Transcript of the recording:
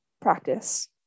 practice